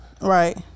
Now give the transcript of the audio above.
right